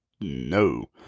no